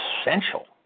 essential